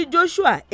Joshua